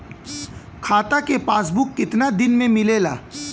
खाता के पासबुक कितना दिन में मिलेला?